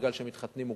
כי הם מתחתנים מוקדם.